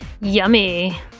Yummy